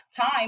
time